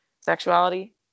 sexuality